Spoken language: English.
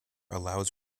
allows